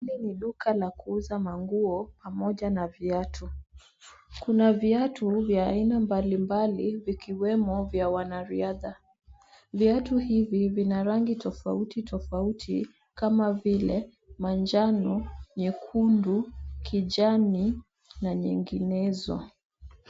Hili ni duka la kuuza manguo pamoja na viatu. Kuna viatu vya aina mbalimbali vikiwemo vya wanariadha. Viatu hivi vina rangi tofauti tofauti kama vile manjano, nyekundu, kijani na nyinginezo.